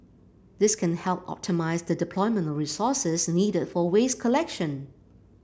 this can help optimise the deployment of resources needed for waste collection